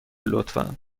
لطفا